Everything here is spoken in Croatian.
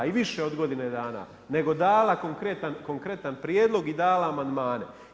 I više od godine dana, nego dala konkretan prijedlog i dala amandmane.